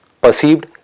perceived